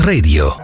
Radio